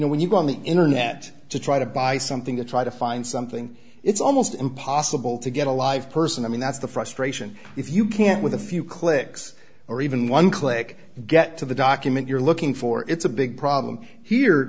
know when you go on the internet to try to buy something to try to find something it's almost impossible to get a live person i mean that's the frustration if you can't with a few clicks or even one click get to the document you're looking for it's a big problem here